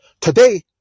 Today